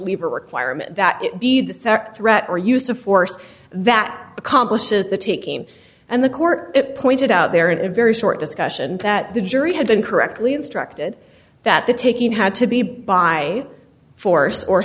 leaper requirement that it be the threat or use of force that accomplishes the taking and the court it pointed out there in a very short discussion that the jury had been correctly instructed that the taking had to be by force or